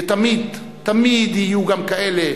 ותמיד תמיד יהיו גם כאלה,